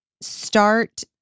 start